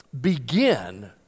begin